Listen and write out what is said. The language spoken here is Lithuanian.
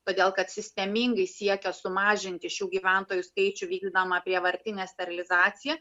todėl kad sistemingai siekia sumažinti šių gyventojų skaičių vykdoma prievartinę sterilizaciją